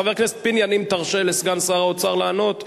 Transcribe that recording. חבר הכנסת פיניאן, אם תרשה לסגן שר האוצר לענות.